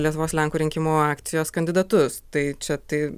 lietuvos lenkų rinkimų akcijos kandidatus tai čia tai